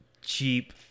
cheap